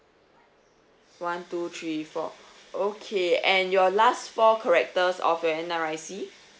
one two three four okay and your last four characters of your N_R_I_C